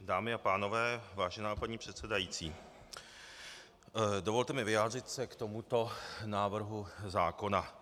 Dámy a pánové, vážená paní předsedající, dovolte mi vyjádřit se k tomuto návrhu zákona.